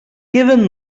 queden